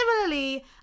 Similarly